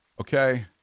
Okay